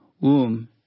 womb